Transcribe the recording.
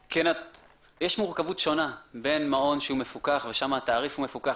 יש מורכבות שונה בין מעון שהוא מפוקח ושם התעריף מפוקח,